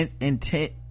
intent